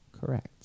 Correct